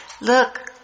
Look